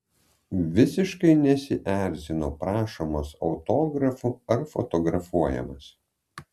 visiškai nesierzino prašomas autografų ar fotografuojamas